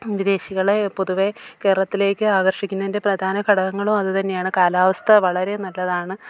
വിദേശികളെ പൊതുവെ കേരളത്തിലേക്ക് ആകർഷിക്കുന്നതിൻ്റെ പ്രധാന ഘടകങ്ങളും അതു തന്നെയാണ് കാലാവസ്ഥ വളരെ നല്ലതാണ്